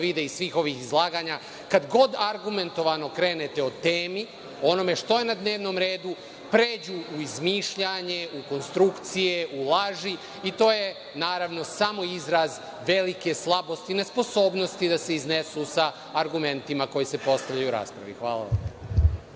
vide iz svih ovih izlaganja, kad god argumentovano krenete o temi, onome šta je na dnevnom redu, pređu u izmišljanje, u konstrukcije, u laži i to je, naravno, samo izraz velike slabosti, nesposobnosti da se iznesu sa argumentima koji se postavljaju u raspravi. Hvala vam.